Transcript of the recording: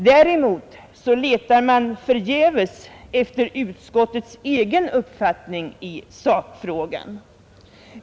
Däremot letar man förgäves efter utskottets egen uppfattning i sakfrågan.